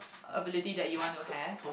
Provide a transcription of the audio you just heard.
ability that you want to have